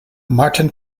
martin